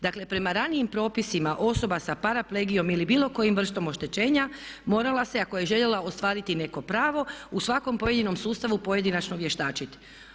Dakle, prema ranijim propisima osoba sa paraplegijom ili bilo kojom vrstom oštećenja morala se ako je željela ostvariti neko pravo u svakom pojedinom sustavu pojedinačno vještačiti.